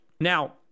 now